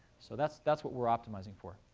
so that's that's what we're optimizing for.